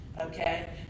Okay